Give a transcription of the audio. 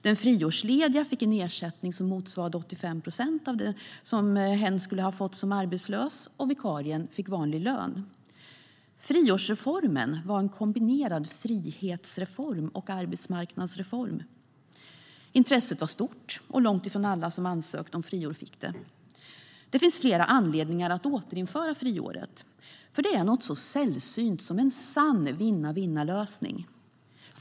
Den friårslediga fick en ersättning som motsvarade 85 procent av den ersättning som hen skulle ha fått som arbetslös, och vikarien fick vanlig lön. Friårsreformen var en kombinerad frihetsreform och arbetsmarknadsreform. Intresset var stort, och långt ifrån alla som ansökte om friår fick det. Det finns flera anledningar att återinföra friåret. Det är något så sällsynt som en sann vinn-vinnlösning.